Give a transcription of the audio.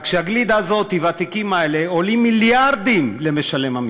רק שהגלידה הזאת והתיקים האלה עולים מיליארדים למשלם המסים.